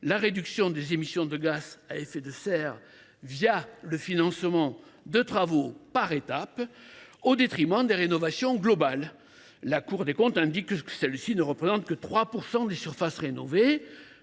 la réduction des émissions de gaz à effet de serre le financement de travaux par étapes, au détriment des rénovations globales. La Cour des comptes indique ainsi que ces dernières ne représentent que 3 % des surfaces rénovées.